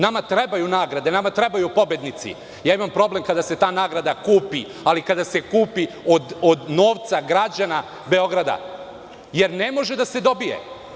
Nama trebaju nagrade, nama trebaju pobednici, imam problem kada se ta nagrada kupi, ali kada se kupi od novca građana Beograda, jer ne može da se dobije.